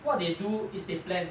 what they do is they plan